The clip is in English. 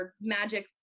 magic